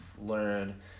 learn